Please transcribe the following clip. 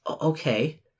okay